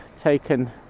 taken